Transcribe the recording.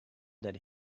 that